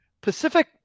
Pacific